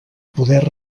poder